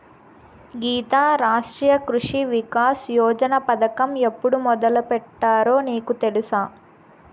గీతా, రాష్ట్రీయ కృషి వికాస్ యోజన పథకం ఎప్పుడు మొదలుపెట్టారో నీకు తెలుసా